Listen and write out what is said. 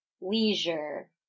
leisure